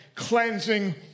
cleansing